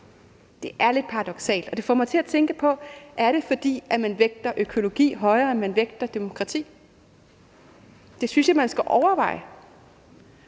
Det er lidt paradoksalt, og det får mig til at tænke på, om det er, fordi man vægter økologi højere, end man vægter demokrati. Det synes jeg man skal overveje.